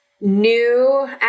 new